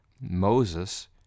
Moses